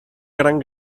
gran